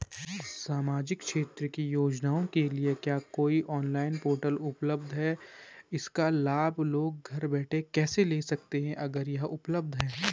सामाजिक क्षेत्र की योजनाओं के लिए क्या कोई ऑनलाइन पोर्टल है इसका लाभ लोग घर बैठे ले सकते हैं?